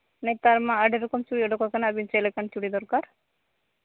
ᱱᱮᱛᱟᱨ ᱢᱟ ᱟᱹᱰᱤ ᱨᱚᱠᱚᱢ ᱪᱩᱲᱤ ᱩᱰᱩᱠ ᱟᱠᱟᱱᱟ ᱟᱹᱵᱤᱱ ᱪᱮᱫ ᱞᱮᱠᱟᱱ ᱪᱩᱲᱤ ᱫᱚᱨᱠᱟᱨ